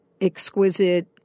exquisite